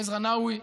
עזרא נאווי,